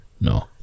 No